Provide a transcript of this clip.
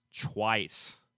twice